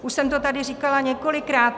Už jsem to tady říkala několikrát.